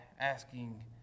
asking